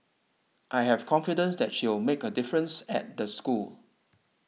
I have confidence that she'll make a difference at the school